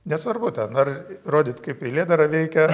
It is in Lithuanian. nesvarbu ar rodyt kaip eilėdara veikia